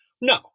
No